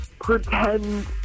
pretend